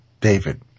David